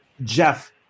Jeff